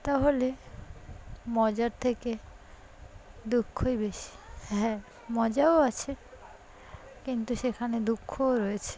তাহলে মজার থেকে দুঃখই বেশি হ্যাঁ মজাও আছে কিন্তু সেখানে দুঃখও রয়েছে